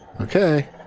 Okay